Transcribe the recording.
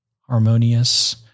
harmonious